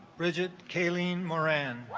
bridget kaeleen moran